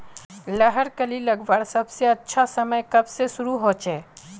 लहर कली लगवार सबसे अच्छा समय कब से शुरू होचए?